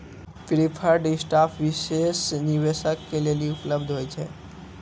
preferred stock विशेष निवेशक के लेली उपलब्ध होय छै